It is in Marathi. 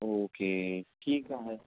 ओके ठीक आहे